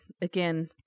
again